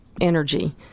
energy